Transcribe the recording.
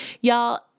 Y'all